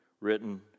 written